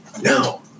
No